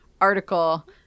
article